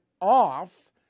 off